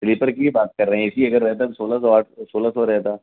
sleeper کی ہی بات کر رہے ہیں اے سی اگر رہتا تو سولہ سو آٹھ سولہ سو رہتا